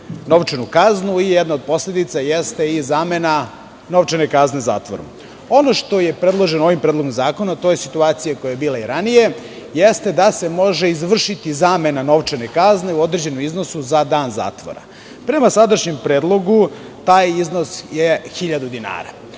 novčanu kaznu i jedna od posledica jeste zamena novčane kazne zatvorom. Ono što je predloženo ovim predlogom zakona to je situacija koja je bila i ranije, jeste da se može izvršiti zamena novčane kazne u određenom iznosu za dan zatvora. Pre sadašnjem predlogu taj iznos je hiljadu dinara.